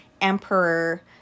emperor